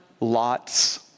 Lot's